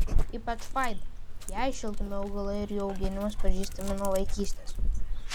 ypač vaida jai šiltnamio augalai ir jų auginimas pažįstami nuo vaikystės